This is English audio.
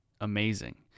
amazing